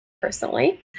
personally